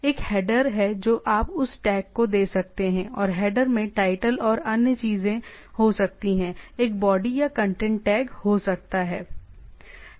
एक हेडर है जो आप उस टैग को दे सकते हैं और हेडर में टाइटल और अन्य चीजें हो सकती हैं एक बॉडी या कंटेंट टैग हो सकता है